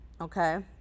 Okay